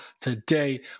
today